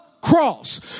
cross